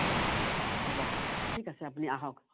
হ'ব হ'ব ঠিক আছে আপুনি আহক